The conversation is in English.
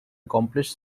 accomplish